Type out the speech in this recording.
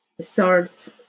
start